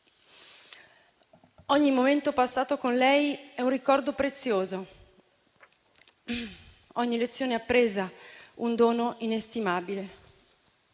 Ogni momento passato con lei è un ricordo prezioso, ogni lezione appresa un dono inestimabile.